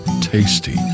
tasty